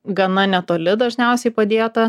gana netoli dažniausiai padėta